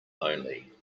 only